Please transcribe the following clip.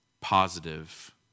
positive